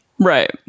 Right